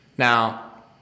Now